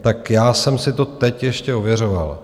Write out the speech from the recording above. Tak já jsem si to teď ještě ověřoval.